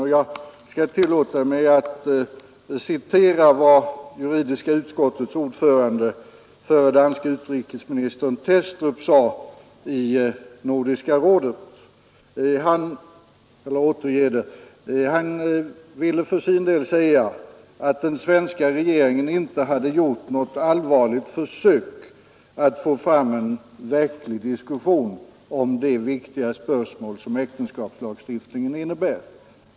Och jag skall tillåta mig att återge vad juridiska utskottets ordförande, förre danske utrikesministern Thestrup, sade i Nordiska rådet. Han ville för sin del påstå att den svenska regeringen inte hade gjort något allvarligt försök att få till stånd en verklig diskussion om det viktiga spörsmål som äktenskapslagstiftningen utgör.